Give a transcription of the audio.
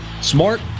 smart